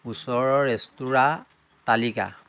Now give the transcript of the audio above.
ওচৰৰ ৰেস্তোৰাৰ তালিকা